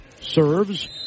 serves